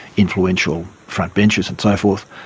influential frontbenchers and so forth,